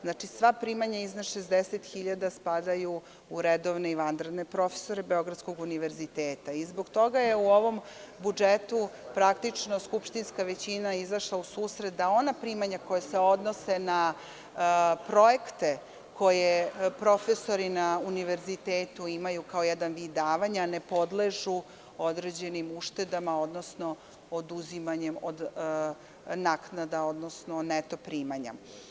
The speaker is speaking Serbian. Znači, sva primanja iznad 60 hiljada dinara spadaju u redovne i vanredne profesore Beogradskog univerziteta i zbog toga je u ovom budžetu praktično skupštinska većina izašla u susret da ona primanja koja se odnose na projekte koje profesori na univerzitetu imaju kao jedan vid davanja, ne podležu određenim uštedama, odnosno oduzimanjem od naknada, odnosno neto primanja.